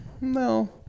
No